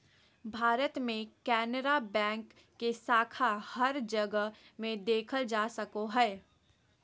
भारत मे केनरा बैंक के शाखा हर जगह मे देखल जा सको हय